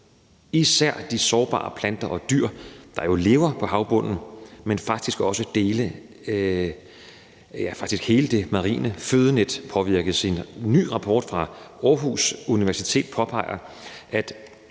især de sårbare planter og dyr, der jo lever på havbunden, men faktisk også dele af, ja, faktisk hele den marine fødekæde påvirkes. En ny rapport fra Aarhus Universitet påpeger, at